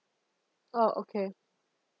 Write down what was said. oh okay